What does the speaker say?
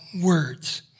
words